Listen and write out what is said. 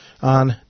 on